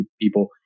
people